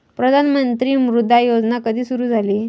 प्रधानमंत्री मुद्रा योजना कधी सुरू झाली?